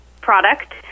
product